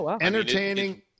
Entertaining